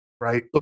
Right